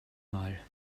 mal